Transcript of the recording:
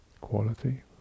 quality